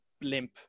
blimp